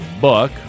book